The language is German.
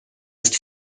ist